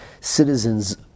citizens